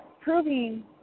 proving